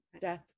death